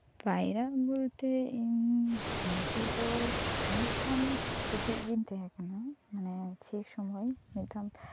ᱯᱟᱭᱨᱟᱜ ᱵᱚᱞᱛᱮ ᱤᱧ ᱛᱮᱫᱚ ᱢᱤᱫᱫᱷᱚᱢ ᱠᱟᱹᱴᱤᱡᱜᱤᱧ ᱛᱟᱦᱮᱸᱠᱟᱱᱟ ᱢᱟᱱᱮ ᱥᱮ ᱥᱚᱢᱚᱭ ᱢᱤᱫᱷᱚᱢ